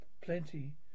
plenty